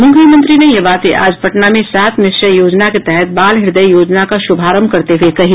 मुख्यमंत्री ने यह बातें आज पटना में सात निश्चय योजना के तहत बाल हृद्य योजना का शुभारंभ करते हुए कहीं